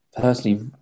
personally